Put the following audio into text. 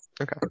Okay